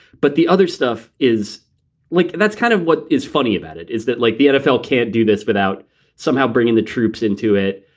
but the other stuff is like that's kind of what is funny about it is that like the nfl can't do this without somehow bringing the troops into it.